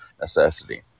necessity